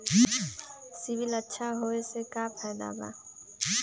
CIBIL अच्छा होऐ से का फायदा बा?